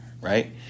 right